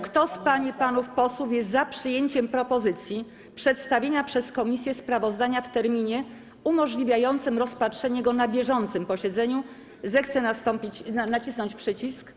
Kto z pań i panów posłów jest za przyjęciem propozycji przedstawienia przez komisję sprawozdania w terminie umożliwiającym rozpatrzenie go na bieżącym posiedzeniu, zechce nacisnąć przycisk.